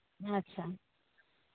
ᱟᱪᱪᱷᱟ